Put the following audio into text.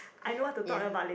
I know what to talk about late